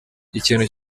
ikintu